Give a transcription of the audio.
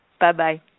Bye-bye